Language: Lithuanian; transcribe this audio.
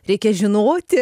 reikia žinoti